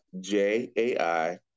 j-a-i